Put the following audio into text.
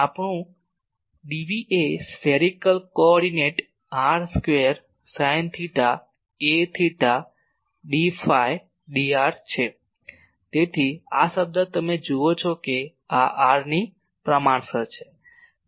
આ આપણું dv એ ગોળાકાર coordinate r square sine theta એ થેટા d ફાઈ dr છે તેથી આ પદ તમે જુઓ છો કે આ r ની પ્રમાણસર છે